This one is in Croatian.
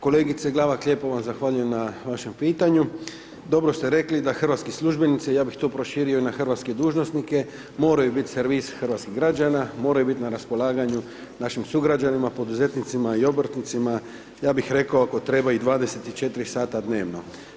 Kolegice Glavak lijepo vam zahvaljujem na vašem pitanju dobro ste rekli da hrvatski službenici, ja bi to proširio na hrvatske dužnosnike, moraju bit i servis hrvatskih građana, moraju bit ina raspolaganju našim sugrađanima, poduzetnicima, obrtnicima, ja bi rekao ako treba i 24 sata dnevno.